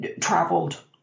traveled